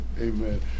Amen